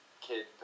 kid